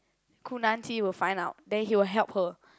Gu Nan Xi will find out then he will help her